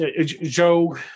Joe